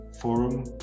forum